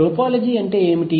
topology అంటే ఏమిటి